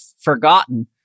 forgotten